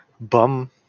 bum